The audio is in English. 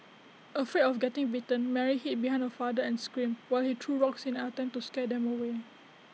afraid of getting bitten Mary hid behind her father and screamed while he threw rocks in an attempt to scare them away